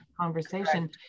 conversation